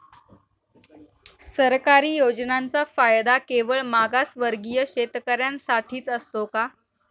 सरकारी योजनांचा फायदा केवळ मागासवर्गीय शेतकऱ्यांसाठीच असतो का?